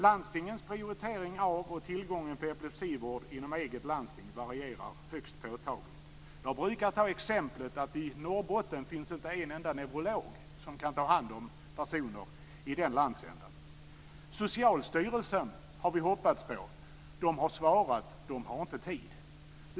Landstingens prioritering av och tillgången till epilepsivård inom eget landsting varierar högst påtagligt. Jag brukar ta exemplet Norrbotten, där det inte finns en enda neurolog som kan ta hand om personer med epilepsi. Socialstyrelsen har vi hoppats på. Där har man svarat att man inte har tid.